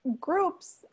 groups